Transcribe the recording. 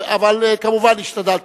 כמובן, השתדלתי.